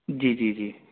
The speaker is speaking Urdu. جی جی جی